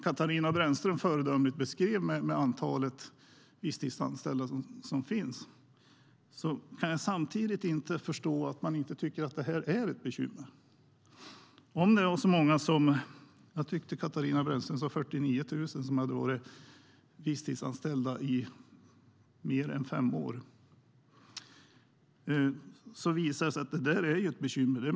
Katarina Brännström beskrev föredömligt antalet visstidsanställda. Jag kan inte förstå att man inte tycker att det är ett bekymmer. Jag tyckte att Katarina Brännström sa att så många som 49 000 har varit visstidsanställda i mer än fem år. Detta har visat sig vara ett bekymmer.